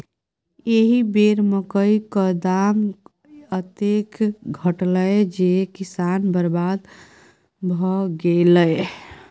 एहि बेर मकई क दाम एतेक घटलै जे किसान बरबाद भए गेलै